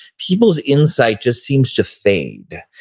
people's insight just seems to fade.